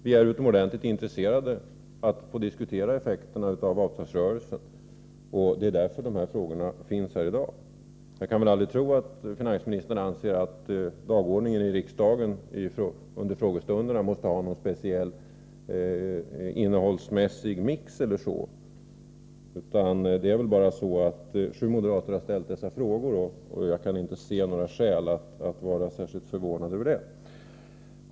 Vi är utomordentligt intresserade av att få diskutera effekterna av avtalsrörelsen, och det är därför de aktuella frågorna finns här i dag. Jag kan inte tro att finansministern anser att föredragningslistan för riksdagens frågestunder innehållsmässigt måste ha någon speciell profil. Det råkar väl bara vara så att frågorna har ställts av sju moderater — jag kan inte se några skäl att vara särskilt förvånad över det.